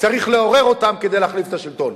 צריך לעורר אותן כדי להחליף את השלטון.